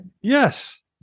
yes